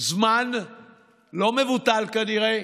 זמן לא מבוטל, כנראה,